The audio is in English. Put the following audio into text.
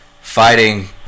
fighting